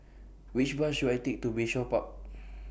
Which Bus should I Take to Bayshore Park